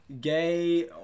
gay